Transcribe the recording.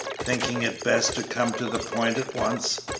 thinking it best to come to the point at once,